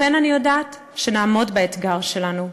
לכן אני יודעת שנעמוד באתגר שלנו.